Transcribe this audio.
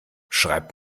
schreibt